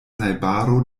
najbaro